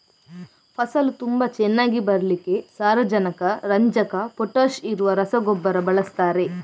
ಫಸಲು ತುಂಬಾ ಚೆನ್ನಾಗಿ ಬರ್ಲಿಕ್ಕೆ ಸಾರಜನಕ, ರಂಜಕ, ಪೊಟಾಷ್ ಇರುವ ರಸಗೊಬ್ಬರ ಬಳಸ್ತಾರೆ